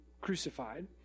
crucified